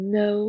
no